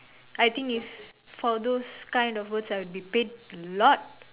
I think if for those of kind of works I will be paid a lot